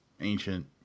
ancient